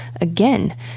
Again